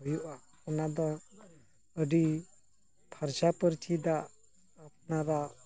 ᱦᱩᱭᱩᱜᱼᱟ ᱚᱱᱟᱫᱚ ᱟᱹᱰᱤ ᱯᱷᱟᱨᱪᱟᱼᱯᱷᱟᱹᱨᱪᱤ ᱫᱟᱜ ᱟᱯᱱᱟᱨᱟᱜ